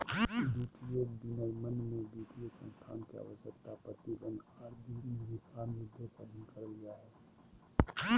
वित्तीय विनियमन में वित्तीय संस्थान के आवश्यकता, प्रतिबंध आर दिशानिर्देश अधीन करल जा हय